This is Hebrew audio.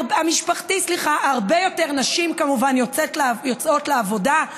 הרבה יותר נשים כמובן יוצאות לעבודה,